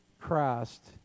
Christ